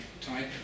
type